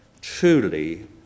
truly